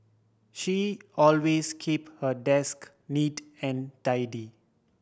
she always keep her desk neat and tidy